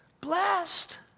Blessed